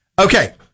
Okay